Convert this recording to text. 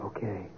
Okay